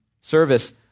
service